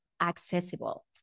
accessible